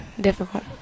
difficult